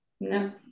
No